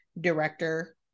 director